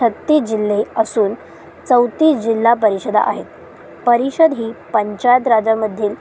छत्तीस जिल्हे असून चौतीस जिल्हा परिषदा आहेत परिषद ही पंचायत राजामधील